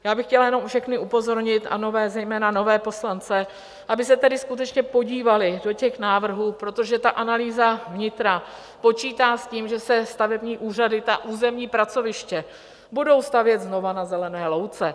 Já bych chtěla jenom všechny upozornit, a zejména nové poslance, aby se skutečně podívali do těch návrhů, protože analýza vnitra počítá s tím, že se stavební úřady, ta územní pracoviště, budou stavět znova na zelené louce.